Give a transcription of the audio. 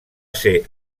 ser